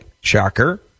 Shocker